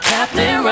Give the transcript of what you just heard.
Captain